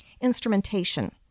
instrumentation